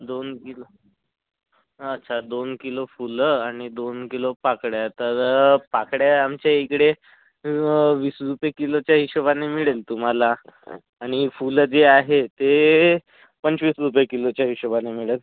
दोन किलो अच्छा दोन किलो फुलं आणि दोन किलो पाकळया तर पाकळया आमच्या इकडे वीस रूपये किलोच्या हिशोबाने मिळेल तुम्हाला आणि फुलं जे आहे ते पंचवीस रूपये किलोच्या हिशोबाने मिळेल